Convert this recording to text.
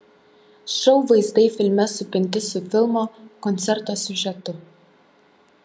šou vaizdai filme supinti su filmo koncerto siužetu